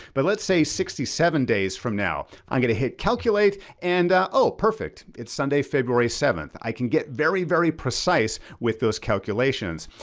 but let's say sixty seven days from now. i'm gonna hit calculate and oh, perfect. it's sunday, february seventh. i can get very, very precise with those calculations.